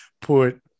put